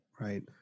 Right